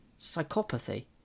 psychopathy